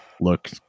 look